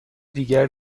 دیگر